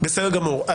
בסדר גמור,